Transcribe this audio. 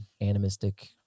animistic